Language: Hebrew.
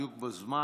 בדיוק בזמן.